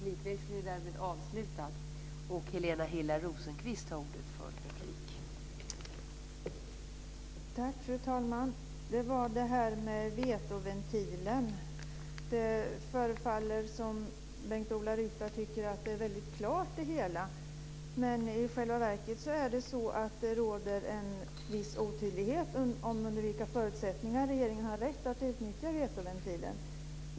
Fru talman! Det gäller frågan om vetoventilen. Det förefaller som att Bengt-Ola Ryttar tycker att det hela är väldigt klart. I själva verket råder det en viss otydlighet om under vilka förutsättningar regeringen har rätt att utnyttja vetoventilen.